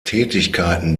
tätigkeiten